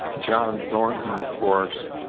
john thornton, of course,